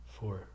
Four